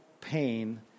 pain